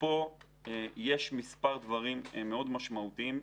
פה יש מספר דברים מאוד משמעותיים,